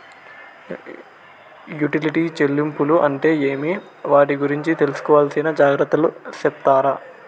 Utility చెల్లింపులు అంటే ఏమి? వాటి గురించి తీసుకోవాల్సిన జాగ్రత్తలు సెప్తారా?